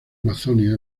amazonia